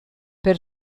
per